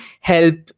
help